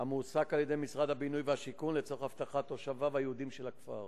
המועסק על-ידי משרד הבינוי והשיכון לצורך אבטחת תושביו היהודים של הכפר.